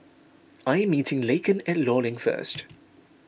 I am meeting Laken at Law Link first